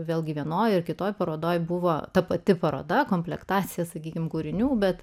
vėlgi vienoje ar kitoje parodoje buvo ta pati paroda komplektacija sakykime kūrinių bet